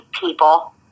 people